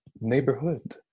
neighborhood